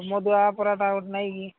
ମଦୁଆ ପୁରାଟା ନାଇଁ କି